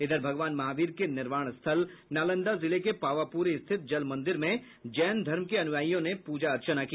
इधर भगवान महावीर के निर्वाण स्थल नालंदा जिले के पावापुरी स्थित जलमंदिर में जैन धर्म के अनुयायियों ने पूजा अर्चना की